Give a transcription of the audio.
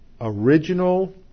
original